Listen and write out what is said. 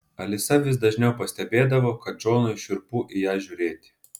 alisa vis dažniau pastebėdavo kad džonui šiurpu į ją žiūrėti